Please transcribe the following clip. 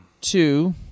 two